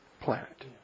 planet